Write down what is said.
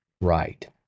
right